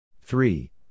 three